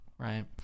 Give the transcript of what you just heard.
Right